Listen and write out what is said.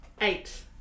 eight